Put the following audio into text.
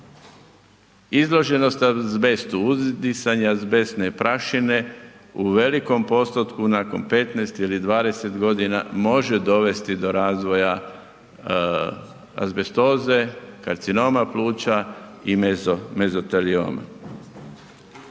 izloženost azbestu, uzdisanje azbestne prašine u velikom postotku nakon 15 ili 20.g. može dovesti do razvoja azbestoze, karcinoma pluća i mezotelioma.